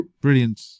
brilliant